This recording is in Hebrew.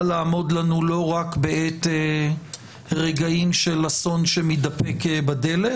לעמוד לנו לא רק בעת רגעים של אסון שמתדפק בדלת,